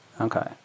Okay